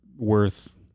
Worth